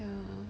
ya